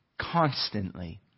Constantly